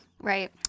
right